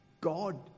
God